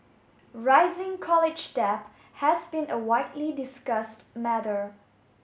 rising college debt has been a widely discussed matter